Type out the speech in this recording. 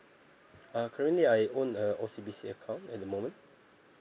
uh currently I own a O C B C account at the moment